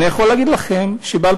אני יכול להגיד לכם שב-2014,